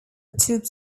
tube